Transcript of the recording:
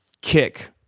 kick